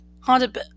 haunted